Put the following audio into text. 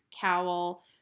cowl